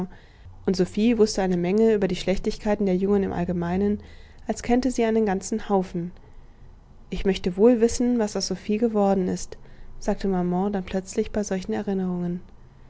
und sophie wußte eine menge über die schlechtigkeiten der jungen im allgemeinen als kennte sie einen ganzen haufen ich möchte wohl wissen was aus sophie geworden ist sagte maman dann plötzlich bei solchen erinnerungen